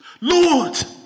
Lord